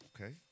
Okay